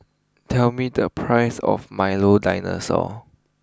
tell me the price of Milo dinosaur